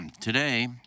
today